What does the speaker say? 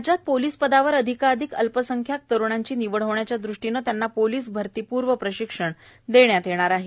राज्यात पोलीस पदावर अधिकाधिक अल्पसंख्याक तरुणांची निवड होण्याच्या दृष्टीने त्यांना पोलीस भरतीपूर्व प्रशिक्षण देण्यात येणार आहे